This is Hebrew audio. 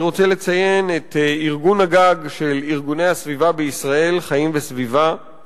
אני רוצה לציין את ארגון הגג של ארגוני הסביבה בישראל "חיים וסביבה";